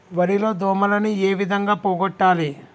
వరి లో దోమలని ఏ విధంగా పోగొట్టాలి?